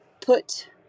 put